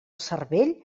cervell